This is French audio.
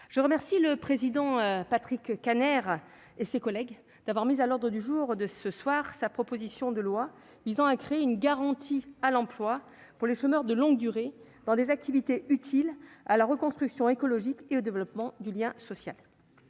je remercie le président Patrick Kanner et ses collègues d'avoir mis à l'ordre du jour de ce soir sa proposition de loi visant à créer une garantie à l'emploi pour les chômeurs de longue durée dans des activités utiles à la reconstruction écologique et au développement, il y a social.